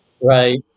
Right